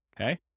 okay